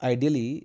Ideally